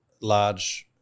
large